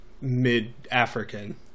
mid-African